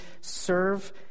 serve